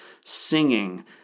singing